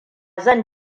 zan